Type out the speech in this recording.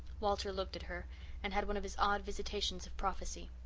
walter looked at her and had one of his odd visitations of prophecy.